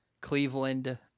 Cleveland